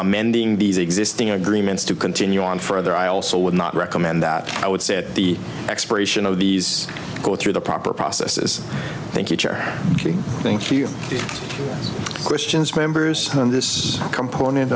amending these existing agreements to continue on for there i also would not recommend that i would say at the expiration of these go through the proper processes thank you thank you the questions members on this component